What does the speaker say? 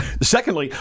secondly